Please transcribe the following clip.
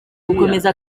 gukomeza